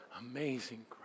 amazing